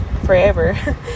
forever